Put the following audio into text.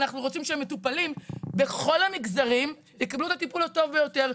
אנחנו רוצים שהמטופלים בכל המגזרים יקבלו את הטיפול הטוב ביותר.